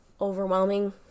overwhelming